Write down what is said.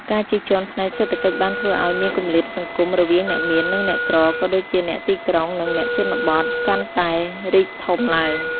ការជិះជាន់ផ្នែកសេដ្ឋកិច្ចបានធ្វើឱ្យ មានគម្លាតសង្គម រវាងអ្នកមាន និងអ្នកក្រ ក៏ដូចជាអ្នកទីក្រុង និងអ្នកជនបទ កាន់តែរីកធំឡើង។